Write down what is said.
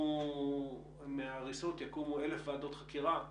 ואז מההריסות יקומו אלף ועדות חקירה וישאלו: